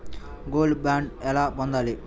Gold bond ఎలా పొందాలి?